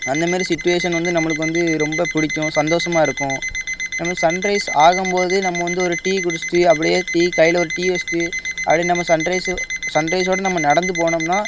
அந்த மாரி சுட்வேஷன் வந்து நம்மளுக்கு வந்து ரொம்ப பிடிக்கும் சந்தோஷமாக இருக்கும் நம்மளை சன்ரைஸ் ஆகும் போது நம்ம வந்து ஒரு டீ குடிச்சுட்டு அப்டி டீ கையில் ஒரு டீ வச்சிட்டு அப்டி நம்ம சன்ரைஸு சன்ரைஸோடய நம்ம நடந்து போனோம்னா